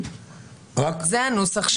מה זה הנוסח?